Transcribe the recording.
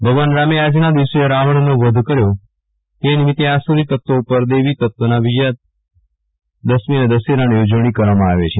ભગવાન રામે આજના દિવસે રાવણનો વધ કર્યો તે નિમિતે તત્વો ઉપર દૈવી તત્વના વિજયસમા દશેરાની ઉજવણી કરવામાં આવે છે